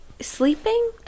sleeping